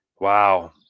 Wow